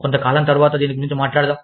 కొంతకాలం తరువాత దీని గురించి మాట్లాడుదాం